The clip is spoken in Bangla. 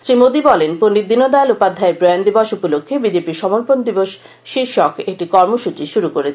শ্রী মোদি বলেন পন্ডিত দীনদয়াল উপাধ্যায়ের প্রয়াণ দিবস উপলক্ষ্যে বিজেপি সমর্পণ দিবস শীর্ষক একটি কর্মসচী শুরু করেছে